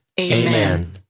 Amen